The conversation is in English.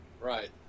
Right